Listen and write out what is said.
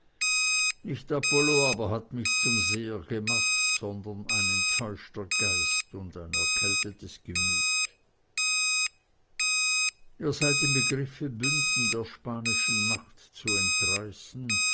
nicht apollo aber hat mich zum seher gemacht sondern ein enttäuschter geist und ein erkältetes gemüt ihr seid im begriffe bünden der spanischen macht zu entreißen